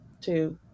two